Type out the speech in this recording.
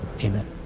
Amen